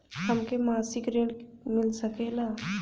हमके मासिक ऋण मिल सकेला?